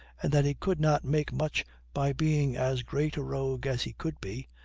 and that he could not make much by being as great a rogue as he could be,